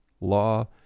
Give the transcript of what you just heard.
law